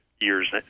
years